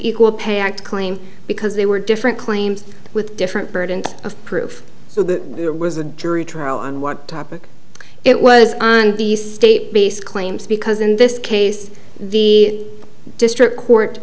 equal pay act claim because they were different claims with different burden of proof so that there was a jury trial on what topic it was on the state based claims because in this case the district court